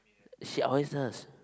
she always does